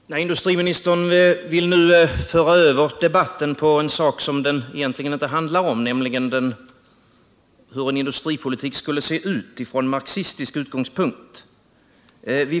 Herr talman! Industriministern vill nu föra över debatten på ett ämne som den egentligen inte handlar om, nämligen hur industripolitiken skulle se ut från marxistisk utgångspunkt.